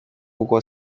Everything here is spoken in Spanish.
hugo